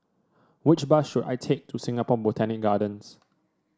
which bus should I take to Singapore Botanic Gardens